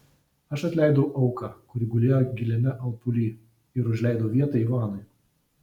aš atleidau auką kuri gulėjo giliame alpuly ir užleidau vietą ivanui